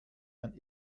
dann